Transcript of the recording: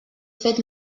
fet